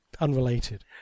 unrelated